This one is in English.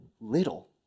little